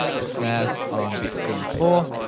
the snares on beat two and four,